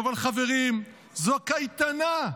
אבל, חברים, זו קייטנה.